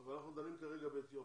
אבל אנחנו דנים כרגע באתיופים,